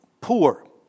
poor